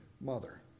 mother